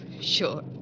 Sure